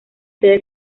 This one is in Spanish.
sede